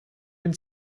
den